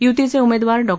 य़तीचे उमेदवार डॉ